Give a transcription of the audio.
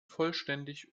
vollständig